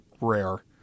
rare